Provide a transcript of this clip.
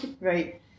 Right